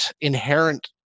inherent